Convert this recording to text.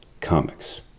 comics